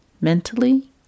mentally